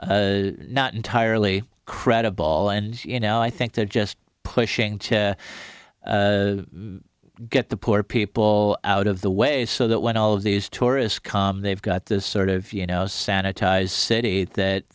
is not entirely credible and you know i think they're just pushing to get the poor people out of the way so that when all of these tourists come they've got this sort of you know sanitized city that